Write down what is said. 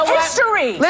history